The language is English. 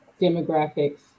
demographics